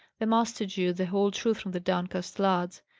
the master drew the whole truth from the downcast lads.